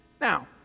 Now